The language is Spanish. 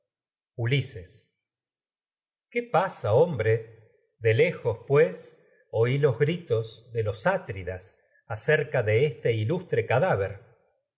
ulises qué pasa hombre de lejos pues oí los gritos de los atridas acerca agamemnón pues sultantes de este ilustre cadáver